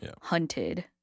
hunted